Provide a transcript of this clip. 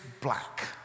black